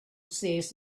says